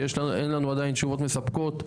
שאין לנו עדיין תשובות מספקות,